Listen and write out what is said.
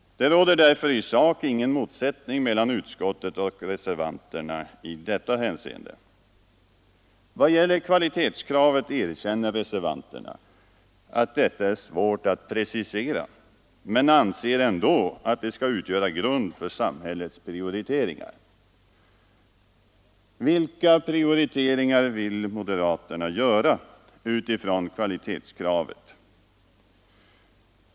Det råder därför i sak ingen motsättning mellan utskottet och reservanterna i detta hänseende. Vad gäller kvalitetskravet erkänner reservanterna att detta är svårt att precisera men anser ändå att det skall utgöra grund för samhällets prioriteringar. Vilka prioriteringar vill moderaterna då göra utifrån kvalitetskravet?